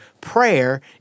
Prayer